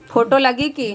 Photo लगी कि?